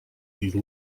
these